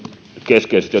keskeisesti